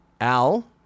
Al